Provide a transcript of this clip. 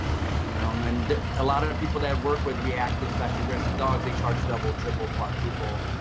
and um and a lot of of people that work with reactive slash aggressive dogs, they charge double, triple, quadruple,